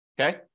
okay